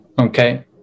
okay